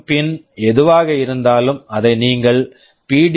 M PWM pin pin எதுவாக இருந்தாலும் அதை நீங்கள் பி